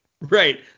Right